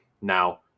Now